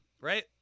right